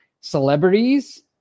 celebrities